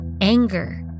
anger